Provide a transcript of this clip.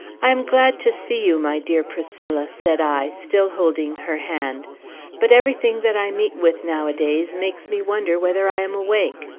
i am glad to see you, my dear priscilla, said i, still holding her hand but everything that i meet with nowadays makes me wonder whether i am awake.